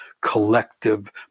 collective